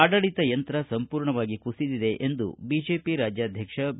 ಆಡಳಿತ ಯಂತ್ರ ಸಂಪೂರ್ಣವಾಗಿ ಕುಸಿದಿದೆ ಎಂದು ಬಿಜೆಪಿ ರಾಜ್ಯಾಧ್ಯಕ್ಷ ಬಿ